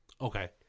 Okay